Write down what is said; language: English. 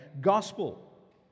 gospel